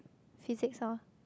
physics orh